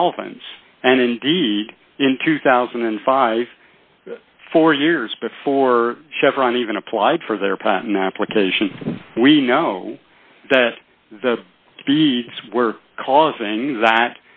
solvent and indeed in twenty thousand and fifty four years before chevron even applied for their patent application we know that the seeds were causing that